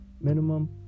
minimum